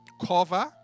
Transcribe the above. cover